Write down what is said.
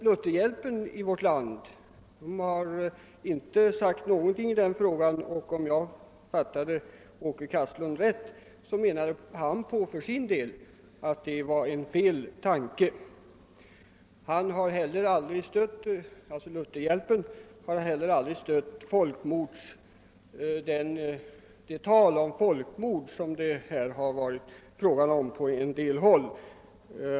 Lutherhjälpen har heller inte sagt någonting i den frågan, och om jag fattat direktör Åke Kastlund rätt, menar han också att det var en felaktig tanke. Lutherhjälpen har heller aldrig talat om folkmord såsom man gjort på en del håll.